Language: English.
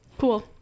cool